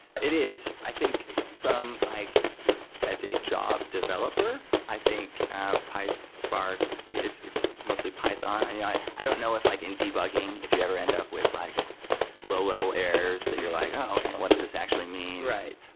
it is. i think from like as a job developer, i think pyspark, it's it's mostly python. and yeah i i don't know if like in debugging, if you ever end up with like low-level errors that you're like, oh! what does this actually mean? right.